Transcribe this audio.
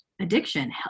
addiction